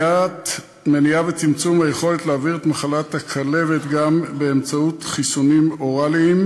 מניעה וצמצום היכולת להעביר את מחלת הכלבת גם באמצעות חיסונים אוראליים,